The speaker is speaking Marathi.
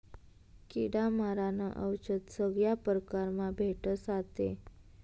किडा मारानं औशद सगया परकारमा भेटस आते